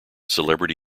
celebrity